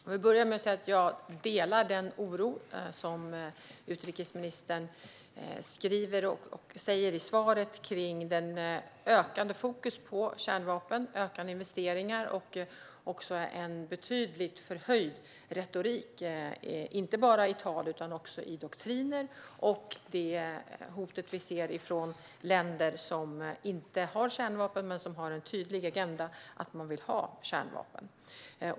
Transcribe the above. Jag vill börja med att säga att jag delar den oro som utrikesministern uttrycker i svaret kring ett ökat fokus på kärnvapen, ökade investeringar och också en betydligt förhöjd retorik inte bara i tal utan också i doktriner, liksom det hot vi ser från länder som inte har kärnvapen men som har en tydlig agenda att man vill ha kärnvapen.